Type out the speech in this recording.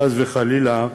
חס וחלילה,